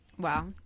Wow